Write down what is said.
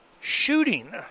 shooting